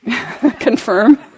confirm